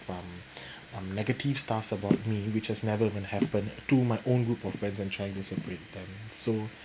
um um negative stuff about me which has never even happen to my own group of friends and trying to separate them so